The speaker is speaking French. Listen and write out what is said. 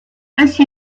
ainsi